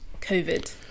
COVID